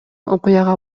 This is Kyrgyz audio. окуяга